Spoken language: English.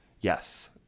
Yes